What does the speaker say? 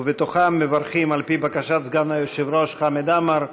ובהם מברכים, על פי בקשת סגן היושב-ראש חמד עמאר,